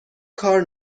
کار